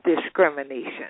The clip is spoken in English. discrimination